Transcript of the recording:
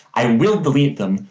i will delete them,